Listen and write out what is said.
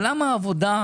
אבל למה העבודה,